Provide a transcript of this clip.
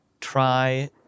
try